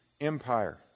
empire